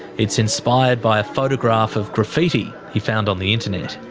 it's inspired by a photograph of graffiti he found on the internet.